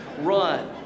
Run